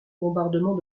bombardements